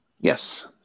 yes